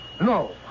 No